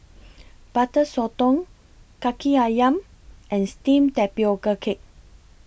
Butter Sotong Kaki Ayam and Steamed Tapioca Cake